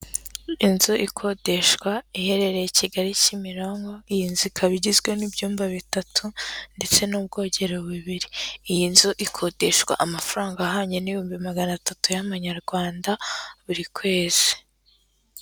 Inzu ikodeshwa iherereye i Kigali Kimironko, iyi nzu ikaba igizwe n'ibyumba bitatu ndetse n'ubwogero bubiri, iyi nzu ikodeshwa amafaranga ahwanye n'ibihumbi magana atatu y'amanyarwanda buri kwezi.